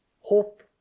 hope